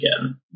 again